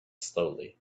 slowly